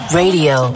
radio